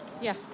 Yes